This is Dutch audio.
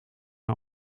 een